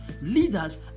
Leaders